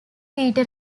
peter